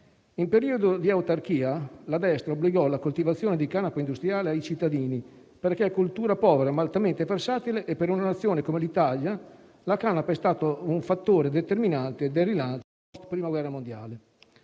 In periodo di autarchia il fascismo obbligò alla coltivazione di canapa industriale i cittadini, perché coltura povera, ma altamente versatile. Per una Nazione come l’Italia la canapa è stata un fattore determinante del rilancio post-Prima guerra mondiale.